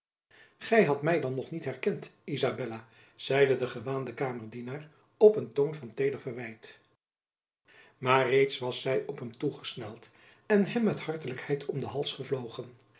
gy hadt my dan nog niet herkend izabella zeide de gewaande kamerdienaar op een toon van teder verwijt maar reeds was zy op hem toegesneld en hem met hartelijkheid om den hals gevlogen